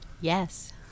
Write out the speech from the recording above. Yes